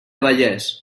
vallés